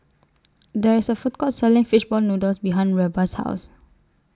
There IS A Food Court Selling Fish Ball Noodles behind Reba's House